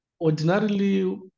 Ordinarily